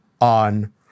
on